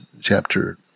chapter